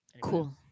Cool